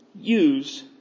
use